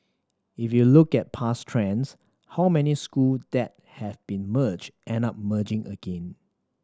if you look at past trends how many school that have been merged end up merging again